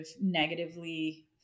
negatively